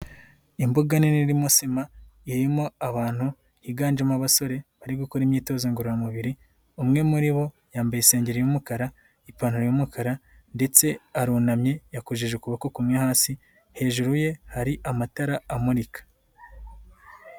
Imbuga nini irimo sima, irimo abantu higanjemo abasore, bari gukora imyitozo ngororamubiri, umwe muri bo yambaye isengeri y'umukara, ipantaro y'umukara ndetse arunamye, yakoresheje ukuboko kumwe hasi, hejuru ye hari amatara amurika.